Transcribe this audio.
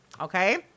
Okay